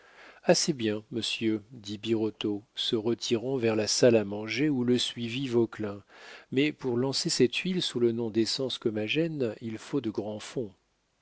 assez bien monsieur dit birotteau se retirant vers la salle à manger où le suivit vauquelin mais pour lancer cette huile sous le nom d'essence comagène il faut de grands fonds